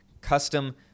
custom